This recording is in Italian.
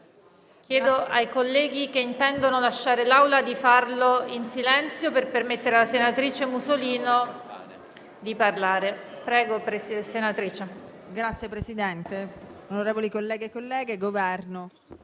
Chiedo ai colleghi che intendono lasciare l'Aula di farlo in silenzio per permettere alla senatrice Musolino di parlare. MUSOLINO *(IV-C-RE)*. Signora Presidente, onorevoli colleghi e colleghe,